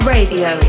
Radio